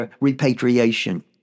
repatriation